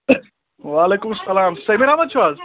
وعلیکُم اسَلام سٔمیٖر احمد چھِو حظ